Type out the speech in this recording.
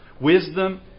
wisdom